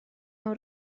nhw